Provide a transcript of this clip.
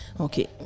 Okay